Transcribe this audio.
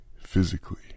physically